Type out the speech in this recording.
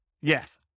Yes